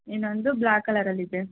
ಇನ್ನೊಂದು ಬ್ಲ್ಯಾಕ್ ಕಲರಲ್ಲಿ ಇದೆ